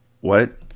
What